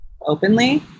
openly